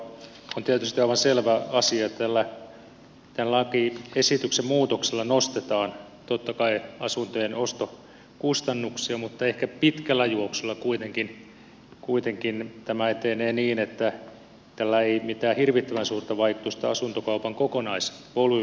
on tietysti aivan selvä asia että tämän lakiesityksen muutoksella nostetaan totta kai asuntojen ostokustannuksia mutta ehkä pitkällä juoksulla kuitenkin tämä etenee niin että tällä ei mitään hirvittävän suurta vaikutusta asuntokaupan kokonaisvolyymiin ole